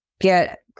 get